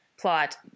plot